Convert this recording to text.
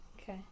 Okay